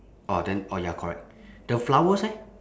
orh then orh ya correct the flowers eh